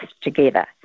together